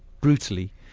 brutally